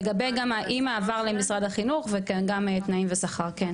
לגבי גם האי מעבר למשרד החינוך וגם תנאים ושכר כן.